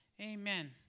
Amen